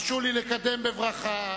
הרשו לי לקדם בברכה